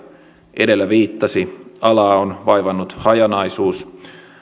edellä viittasi alaa on vaivannut hajanaisuus